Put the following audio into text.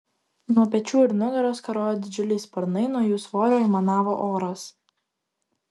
nuo pečių ir nugaros karojo didžiuliai sparnai nuo jų svorio aimanavo oras